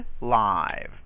live